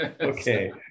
okay